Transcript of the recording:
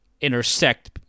intersect